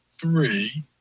three